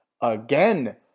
again